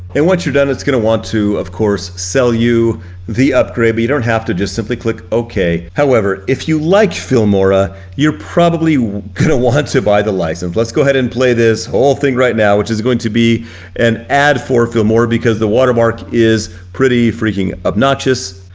and once you're done, it's gonna want to, of course, sell you the upgrade, but you don't have to, just simply click ok. however, if you like filmora, you're probably gonna kind of want to buy the license. let's go ahead and play this whole thing right now, which is going to be an ad for filmora because the watermark is pretty freaking obnoxious.